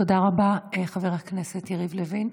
תודה רבה, חבר הכנסת יריב לוין.